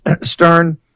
stern